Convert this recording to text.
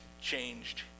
changed